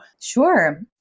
Sure